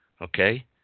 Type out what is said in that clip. Okay